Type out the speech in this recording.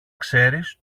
ξέρεις